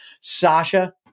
Sasha